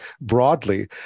broadly